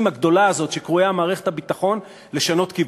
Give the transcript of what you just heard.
הגדולה הזאת שקרויה "מערכת הביטחון" לשנות כיוון.